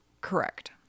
Correct